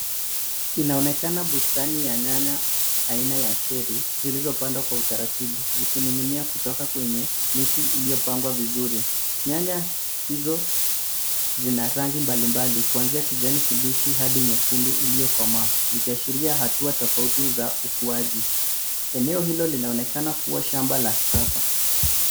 Inaonekana bustani ya nyanya aina ya cherry zilizopandwa kwa utaratibu, zikining'inia kutoka kwenye miti iliyopangwa vizuri. Nyanya hizo zina rangi mbalimbali kuanzia kijani kibichi hadi nyekundu iliyokomaa, zikiashiria hatua tofauti za ukuaji. Eneo hilo linaonekana kuwa shamba la kisasa.